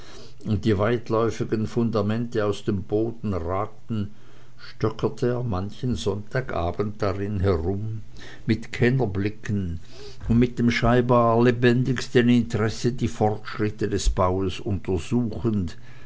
und die weitläufigen fundamente aus dem boden ragten stöckerte er manchen sonntagabend darin herum mit kennerblicken und mit dem scheinbar lebendigsten interesse die fortschritte des baues untersuchend